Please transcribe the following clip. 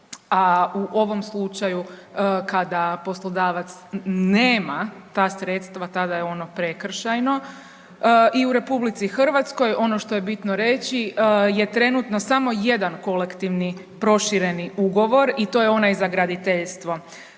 a u ovom slučaju kada poslodavac nema ta sredstva tada je ono prekršajno. I u RH ono što je bitno reći je trenutno samo jedan kolektivni prošireni ugovor i to je onaj za graditeljstvo